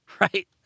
right